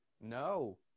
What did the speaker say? No